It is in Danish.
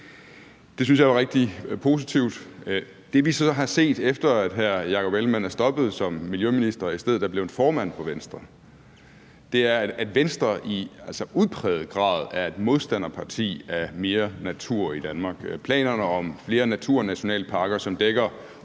Det synes jeg var rigtig positivt. Det, vi så har set, efter at hr. Jakob Ellemann-Jensen er stoppet som miljøminister og i stedet er blevet formand for Venstre, er, at Venstre i udpræget grad er et modstanderparti af mere natur i Danmark. Planerne om flere naturnationalparker, som dækker